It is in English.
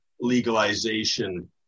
legalization